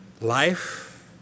life